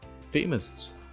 Famous